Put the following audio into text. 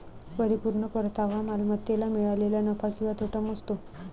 परिपूर्ण परतावा मालमत्तेला मिळालेला नफा किंवा तोटा मोजतो